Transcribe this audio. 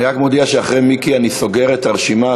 אני רק מודיע שאחרי מיקי אני סוגר את הרשימה,